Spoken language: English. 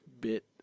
bit